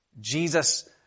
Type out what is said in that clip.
Jesus